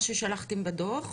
מה ששלחתם בדו"ח.